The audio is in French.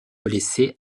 blessé